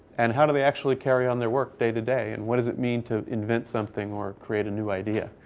and how do they actually carry on their work day to day? and what does it mean to invent something or create a new idea?